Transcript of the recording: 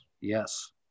Yes